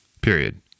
period